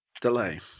delay